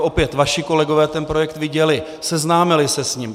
Opět, vaši kolegové ten projekt viděli, seznámili se s ním.